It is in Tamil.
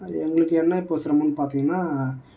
எங்களுக்கு என்ன இப்போது சிரமம்னு பார்த்தீங்கன்னா